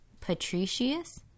Patricius